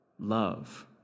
love